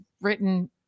written